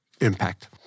impact